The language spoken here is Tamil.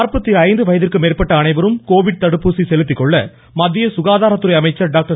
நாற்பத்தைந்து வயதிற்கு மேற்பட்ட அனைவரும் கோவிட் தடுப்பூசி செலுத்திக் கொள்ள மத்திய சுகாதார் துறை அமைச்சர் டாக்டர்